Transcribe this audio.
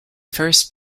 first